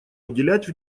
уделять